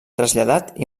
traslladat